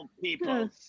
people